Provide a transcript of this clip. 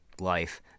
life